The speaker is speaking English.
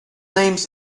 names